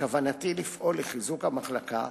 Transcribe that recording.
בכוונתי לפעול לחיזוק המחלקה,